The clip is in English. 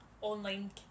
online